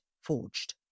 forged